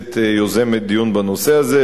שהכנסת יוזמת דיון בנושא הזה,